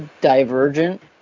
Divergent